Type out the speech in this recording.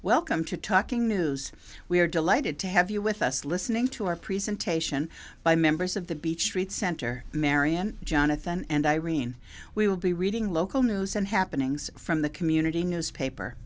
welcome to talking news we're delighted to have you with us listening to our presentation by members of the beach street center marian jonathan and irene we will be reading local news and happenings from the community newspaper